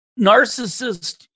narcissist